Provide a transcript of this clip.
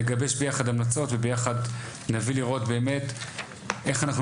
נגבש ביחד המלצות וביחד נביא לראות באמת איך אנחנו